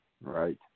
Right